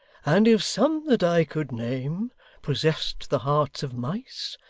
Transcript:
and if some that i could name possessed the hearts of mice,